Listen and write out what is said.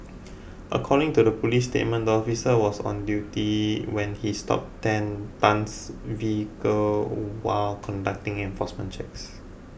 according to a police statement the officer was on duty when he stopped Ten Tan's vehicle while conducting enforcement checks